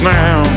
now